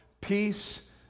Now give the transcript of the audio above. peace